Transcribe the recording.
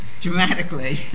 dramatically